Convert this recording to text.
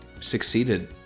succeeded